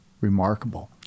remarkable